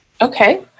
Okay